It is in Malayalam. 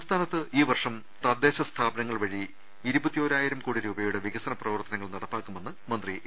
സംസ്ഥാനത്ത് ഈ വർഷം തദ്ദേശ സ്ഥാപനങ്ങൾ വഴി ഇരുപ ത്തിയോരായിരം കോടി രൂപയുടെ വികസന പ്രവർത്തനങ്ങൾ നട പ്പാക്കുമെന്ന് മന്ത്രി എ